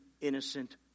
innocent